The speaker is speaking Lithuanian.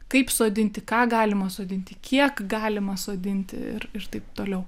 kaip sodinti ką galima sodinti kiek galima sodinti ir ir taip toliau